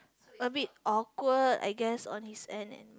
a bit awkward I guess on his end and